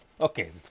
Okay